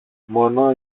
μόνο